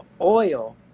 oil